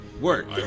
work